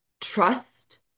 trust